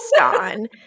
on